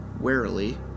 warily